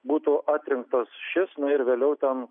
būtų atrinktas šis na ir vėliau ten